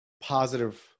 positive